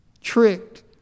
tricked